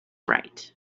right